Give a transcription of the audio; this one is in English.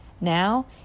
Now